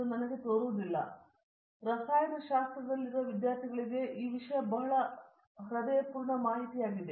ಪ್ರತಾಪ್ ಹರಿಡೋಸ್ ಸರಿ ಅದು ರಸಾಯನಶಾಸ್ತ್ರದಲ್ಲಿರುವ ವಿದ್ಯಾರ್ಥಿಗಳಿಗೆ ಆ ವಿಷಯಕ್ಕೆ ಬಹಳ ಹೃದಯಪೂರ್ಣ ಮಾಹಿತಿಯಾಗಿದೆ